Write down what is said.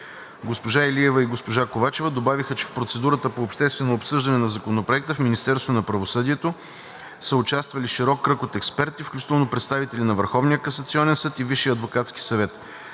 Госпожа Илиева и госпожа Ковачева добавиха, че в процедурата по обществено обсъждане на Законопроекта в Министерството на правосъдието са участвали широк кръг от експерти, включително представители на Върховния